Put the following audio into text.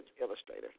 illustrator